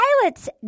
Pilot's